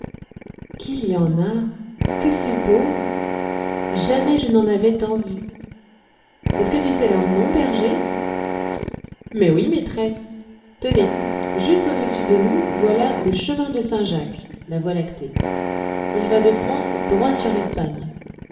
qu'il y en a que c'est beau jamais je n'en avais tant vu est-ce que tu sais leurs noms berger mais oui maîtresse tenez juste au-dessus de nous voilà le chemin de saint jacques la voie lactée il va de france droit sur l'espagne